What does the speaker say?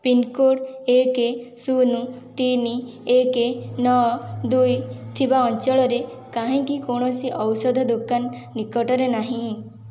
pin code ଏକ ଶୂନ ତିନି ଏକ ନଅ ଦୁଇ ଥିବା ଅଞ୍ଚଳରେ କାହିଁକି କୌଣସି ଔଷଧ ଦୋକାନ ନିକଟରେ ନାହିଁ